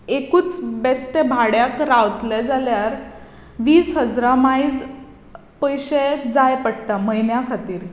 एकूच बेश्टे भाड्याक रावतले जाल्यार वीस हजारा मायज पयशे जाय पडटा म्हयन्या खातीर